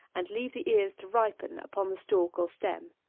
and leave the ears to ripen upon the stalk or stem.